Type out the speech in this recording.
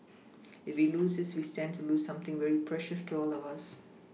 if we lose this we stand to lose something very precious to all of us